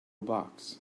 box